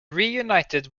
reunited